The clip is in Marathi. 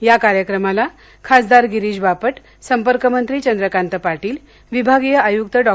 या कार्यक्रमाला खासदार गिरीश बापट संपर्कमंत्री चंद्रकांत पाटील विभागीय आयुक्त डॉ